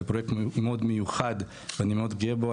בפרויקט מאוד מיוחד ואני מאוד גאה בו,